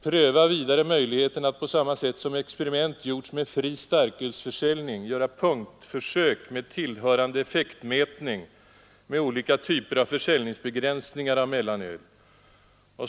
Pröva vidare möjligheten att, på samma sätt som experiment gjorts med fri starkölsförsäljning, göra punktförsök med tillhörande effektmätning med olika typer försäljningsbegränsningar för mellanöl!